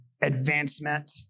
advancement